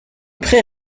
pré